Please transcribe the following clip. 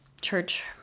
church